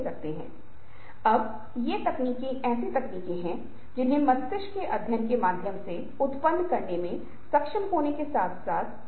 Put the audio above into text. eye contact एक ऐसी चीज है जिसे पहले हाइलाइट किया गया है लेकिन अन्य दो क्षेत्रों को जोडिस्टेंस एंड टेरिटरी को हाइलाइट करने की आवश्यकता है